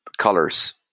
colors